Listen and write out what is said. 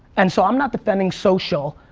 and so i'm not defending social,